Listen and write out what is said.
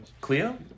Cleo